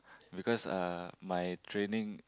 because uh my training